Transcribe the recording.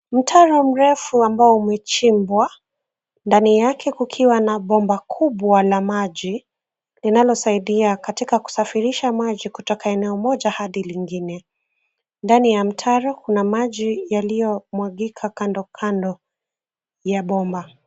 Mtaro mrefu ambao umechimbwa. Ndani yake kukiwa na bomba kubwa la maji, linalosaidia katika kusafirisha maji kutoka eneo moja hadi lingine. Ndani ya mtaro, kuna maji yaliyomwangika kandokando ya bomba.